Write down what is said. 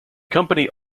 company